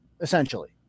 essentially